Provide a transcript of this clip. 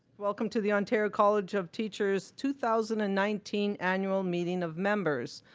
welcome to the ontario college of teachers' two thousand and nineteen annual meeting of members.